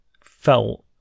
felt